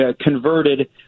converted